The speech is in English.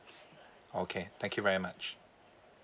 okay thank you very much